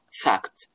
fact